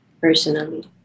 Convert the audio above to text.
personally